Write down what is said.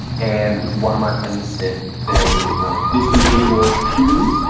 and one of my friends said then, you know could this be any more hygge-ly?